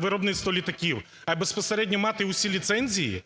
виробництво літаків, а й безпосередньо мати усі ліцензії,